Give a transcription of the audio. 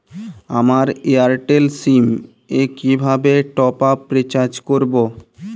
আমার এয়ারটেল সিম এ কিভাবে টপ আপ রিচার্জ করবো?